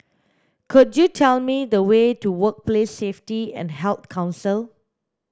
could you tell me the way to Workplace Safety and Health Council